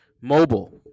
Mobile